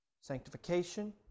sanctification